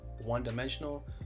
one-dimensional